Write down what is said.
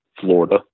Florida